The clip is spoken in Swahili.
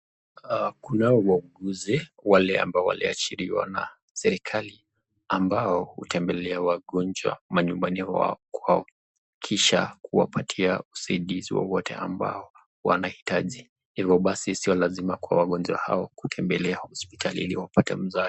Kunao wauguzi wale ambao waliajiriwa na serikali ambao hutembelea wagonjwa manyumbani kwao kisha kuwapatia usaidizi wowote ambao wanahitaji hivo basi sio lazima kwa wagonjwa wao kutembelea hosipitali ili wapate usaidizi.